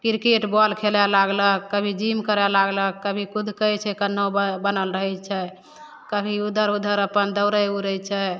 cricket ball खेलै लागलक कभी जिम करै लागलक कभी कुदकै छै केनहौँ बनल रहै छै कभी उधर उधर अपन दौड़ै उड़ै छै